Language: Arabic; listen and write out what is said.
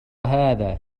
هذا